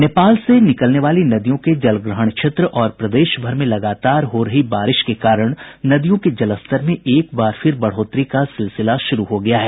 नेपाल से निकलने वाली नदियों के जलग्रहण क्षेत्र और प्रदेश भर में लगातार हो रही बारिश के कारण नदियों के जलस्तर में एक बार फिर बढ़ोतरी का सिलसिला शुरू हो गया है